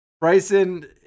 Bryson